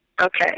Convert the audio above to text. Okay